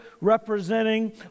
representing